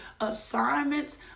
assignments